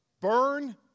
Burn